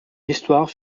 histoire